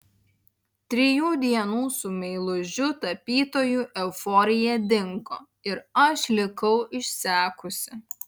trijų dienų su meilužiu tapytoju euforija dingo ir aš likau išsekusi